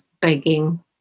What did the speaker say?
begging